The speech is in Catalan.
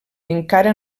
encara